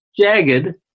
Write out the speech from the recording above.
Jagged